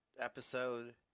episode